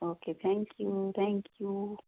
okay thank you thank you